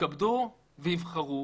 יתכבדו ויבחרו,